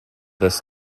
this